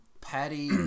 Patty